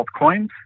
altcoins